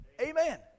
Amen